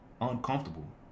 uncomfortable